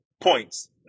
points